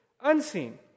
unseen